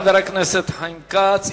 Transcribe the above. תודה לחבר הכנסת חיים כץ.